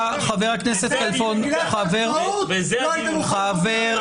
יש מי שאלוהיו המעמד של בית המשפט העליון, ויש מי